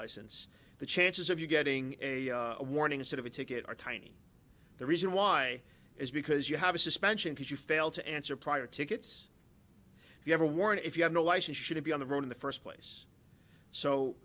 license the chances of you getting a warning instead of a ticket are tiny the reason why is because you have a suspension because you failed to answer prior tickets if you have a warrant if you have no license should it be on the road in the first place so